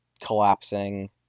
collapsing